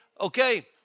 Okay